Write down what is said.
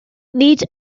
nid